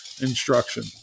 instruction